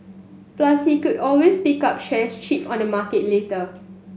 plus he could always pick up shares cheap on the market later